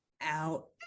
out